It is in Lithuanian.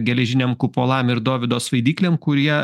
geležiniam kupolam ir dovydo svaidyklėm kurie